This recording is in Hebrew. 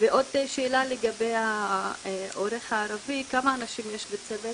ועוד שאלה לגבי העורך, כמה אנשים יש בצוות?